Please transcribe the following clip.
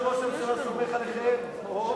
מה זה ראש הממשלה סומך עליכם, אוהו,